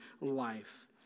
life